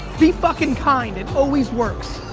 be fucking kind, it always works.